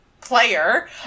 player